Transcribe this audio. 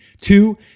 Two